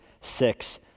six